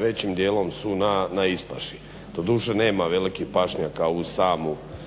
većim dijelom su na ispaši. Doduše nema velikih pašnjaka uz sam koridor